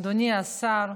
אדוני השר,